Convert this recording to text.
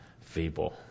feeble